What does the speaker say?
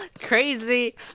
crazy